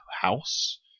house